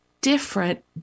different